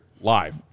live